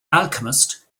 alchemist